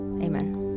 Amen